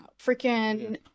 freaking